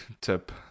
tip